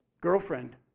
girlfriend